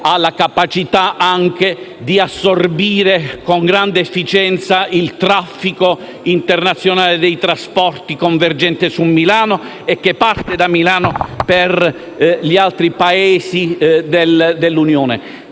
alla capacità di assorbire con grande efficienza il traffico internazionale dei trasporti convergente su Milano e che parte da Milano per gli altri Paesi dell'Unione.